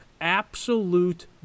Absolute